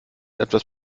etwas